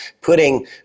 putting